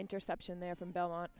interception there from belmont